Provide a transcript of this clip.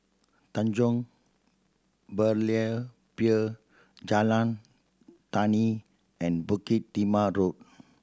Tanjong Berlayer Pier Jalan Tani and Bukit Timah Road